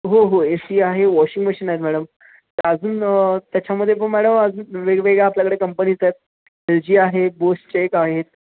हो हो A C आहे वॉशिंग मशीन आहेत मॅडम तर अजून त्याच्यामध्ये पण मॅडम अजून वेगवेगळ्या आपल्याकडे कंपनीज आहेत एल जी आहे बोसचे एक आहेत